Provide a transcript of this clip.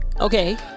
Okay